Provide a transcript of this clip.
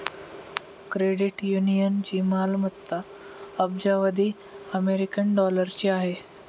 credit युनियनची मालमत्ता अब्जावधी अमेरिकन डॉलरची आहे